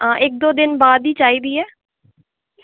हां इक दो दिन बाद ही चाहिदी ऐ